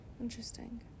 interesting